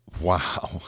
wow